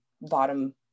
bottom